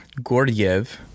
Gordiev